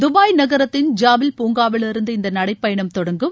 Dubai நகரத்தின் Zabeel பூங்காவிலிருந்து இந்த நடை பயணம் தொடங்கும்